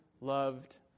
loved